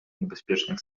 niebezpiecznych